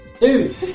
Dude